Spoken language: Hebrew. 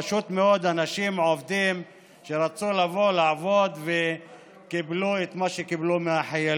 פשוט מאוד אנשים עובדים שרצו לבוא לעבוד וקיבלו את מה שקיבלו מהחיילים.